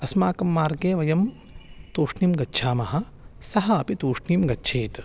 अस्माकं मार्गे वयं तूष्णीं गच्छामः सः अपि तूष्णीं गच्छेत्